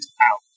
out